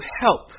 help